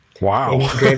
Wow